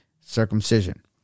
circumcision